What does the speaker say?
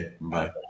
Bye